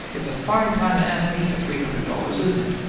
it's a fine time to ask me for three hundred dollars, isn't it!